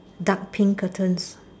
dark pink curtains